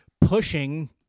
Pushing